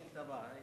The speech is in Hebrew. השאילתא הבאה.